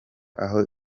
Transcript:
aho